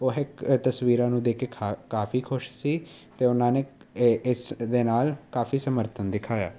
ਉਹ ਹਿਕ ਇਹ ਤਸਵੀਰਾਂ ਨੂੰ ਦੇਖ ਕੇ ਖਾ ਕਾਫ਼ੀ ਖੁਸ਼ ਸੀ ਅਤੇ ਉਹਨਾਂ ਨੇ ਇਸ ਦੇ ਨਾਲ ਕਾਫ਼ੀ ਸਮਰਥਨ ਦਿਖਾਇਆ